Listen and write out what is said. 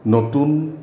নতুন